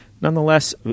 Nonetheless